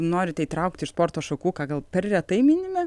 norite įtraukti į sporto šakų ką gal per retai minime